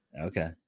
Okay